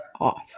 off